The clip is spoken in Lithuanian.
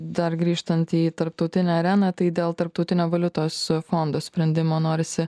dar grįžtant į tarptautinę areną tai dėl tarptautinio valiutos fondo sprendimo norisi